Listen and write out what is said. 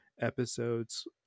episodes